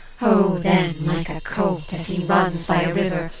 oh, then, like a colt as he runs by a river,